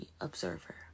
observer